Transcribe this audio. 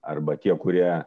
arba tie kurie